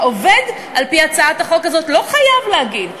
העובד על-פי הצעת החוק הזאת לא חייב להגיד.